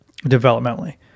developmentally